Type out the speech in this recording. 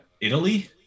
Italy